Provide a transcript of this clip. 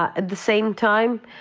at the same time,